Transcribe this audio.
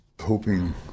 hoping